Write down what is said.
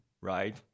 right